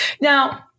Now